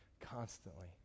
constantly